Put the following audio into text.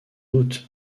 doute